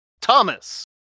Thomas